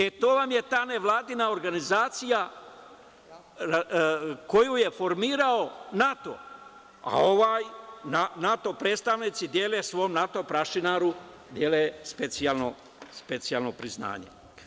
E, to vam je ta nevladina organizacija, koju je formirao NATO, a NATO predstavnici dele svom NATO prašinaru specijalno priznanje.